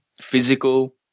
physical